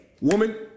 woman